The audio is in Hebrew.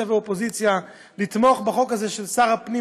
ואופוזיציה ולתמוך בחוק הזה של שר הפנים,